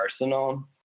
arsenal